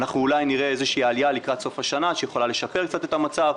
אנחנו אולי נראה איזושהי עלייה לקראת סוף השנה שיכולה לשפר את המצב.